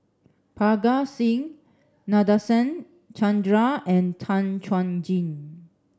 Parga Singh Nadasen Chandra and Tan Chuan Jin